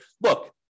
look